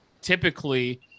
typically